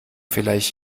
vielleicht